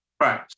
right